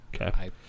okay